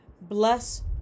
bless